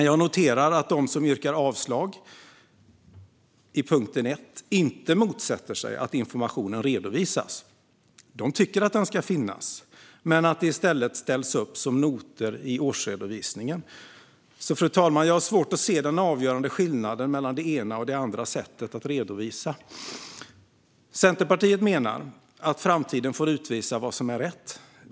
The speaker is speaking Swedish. Jag noterar att de som yrkar avslag på utskottets förslag under punkt 1 inte motsätter sig att informationen redovisas. De tycker att den ska finnas men att den i stället ska ställas upp som noter i årsredovisningen. Fru talman! Jag har svårt att se den avgörande skillnaden mellan det ena och det andra sättet att redovisa. Centerpartiet menar att framtiden får utvisa vad som är rätt.